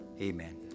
Amen